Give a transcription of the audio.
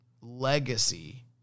legacy